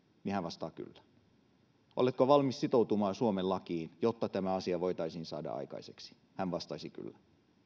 niin hän vastaa että kyllä oletko valmis sitoutumaan suomen lakiin jotta tämä asia voitaisiin saada aikaiseksi niin hän vastaisi että kyllä